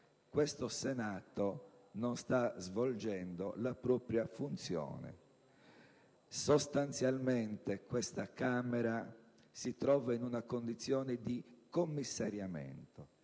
questo Senato non sta svolgendo la propria funzione. Sostanzialmente, questo ramo del Parlamento si trova in una condizione di commissariamento.